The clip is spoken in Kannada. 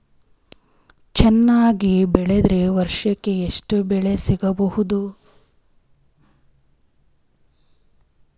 ಚೆನ್ನಾಗಿ ಬೆಳೆದ್ರೆ ವರ್ಷಕ ಎಷ್ಟು ಬೆಳೆ ಸಿಗಬಹುದು?